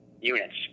units